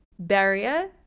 barrier